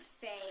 say